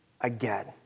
again